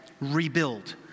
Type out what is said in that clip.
rebuild